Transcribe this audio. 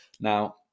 now